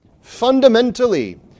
Fundamentally